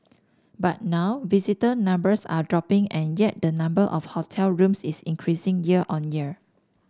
but now visitor numbers are dropping and yet the number of hotel rooms is increasing year on year